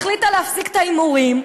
החליטה להפסיק את ההימורים,